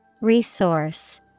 Resource